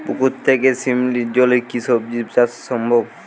পুকুর থেকে শিমলির জলে কি সবজি চাষ সম্ভব?